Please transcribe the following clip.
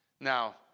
Now